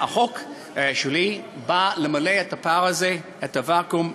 החוק שלי בא למלא את הפער הזה, את הוואקום.